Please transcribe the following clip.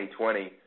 2020